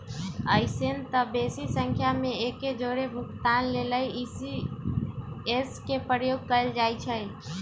अइसेए तऽ बेशी संख्या में एके जौरे भुगतान लेल इ.सी.एस के प्रयोग कएल जाइ छइ